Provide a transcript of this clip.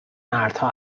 مردها